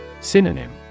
Synonym